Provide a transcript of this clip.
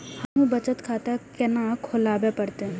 हमू बचत खाता केना खुलाबे परतें?